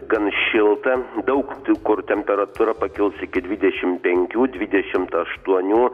gan šilta daug kur temperatūra pakils iki dvidešimt penkių dvidešimt aštuonių